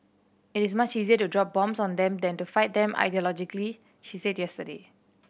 it is much easier to drop bombs on them than to fight them ideologically she said yesterday